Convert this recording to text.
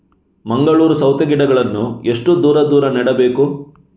ಮಂಗಳೂರು ಸೌತೆ ಗಿಡಗಳನ್ನು ಎಷ್ಟು ದೂರ ದೂರ ನೆಡಬೇಕು?